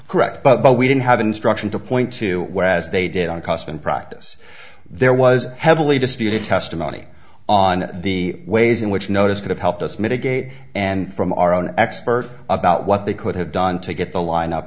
correct but we didn't have an instruction to point to where as they did on cost in practice there was heavily disputed testimony on the ways in which notice could have helped us mitigate and from our own expert about what they could have done to get the line up